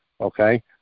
Okay